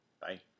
Bye